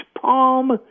palm